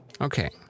Okay